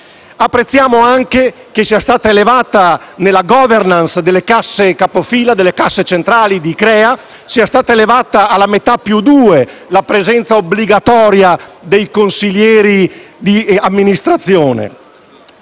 Apprezziamo anche che sia stata elevata, nella *governance* delle casse centrali di ICCREA, alla metà più due la presenza obbligatoria dei consiglieri di amministrazione.